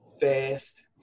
fast